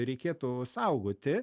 reikėtų saugoti